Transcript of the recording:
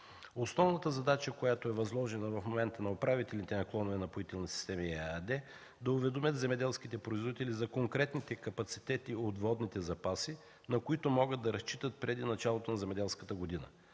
Основната задача, която е възложена в момента на управителите на клонове на „Напоителни системи” ЕАД, е да уведомят земеделските производители за конкретните капацитети от водните запаси, на които могат да разчитат преди началото на земеделската година.